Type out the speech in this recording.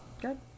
Good